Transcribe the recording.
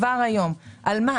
כבר היום, על מה?